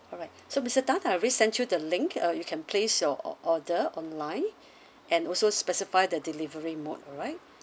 alright so mister tan I already sent you the link uh you can place your o~ order online and also specify the delivery mode alright